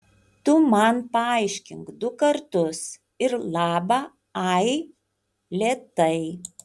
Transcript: tu man paaiškink du kartus ir laba ai lėtai